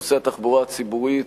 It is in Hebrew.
נושא התחבורה הציבורית